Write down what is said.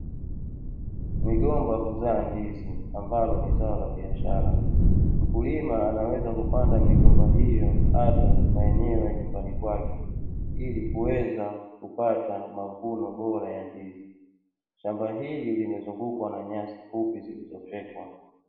Migomba huzaa ndizi ambalo ni zao la biashara. Mkulima anaweza kupanda migomba hiyo hata maeneo ya nyumbani kwake, ili kuweza kupata mavuno bora ya ndizi. Shamba hili limezungukwa na nyasi fupi zilizofyekwa.